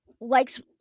likes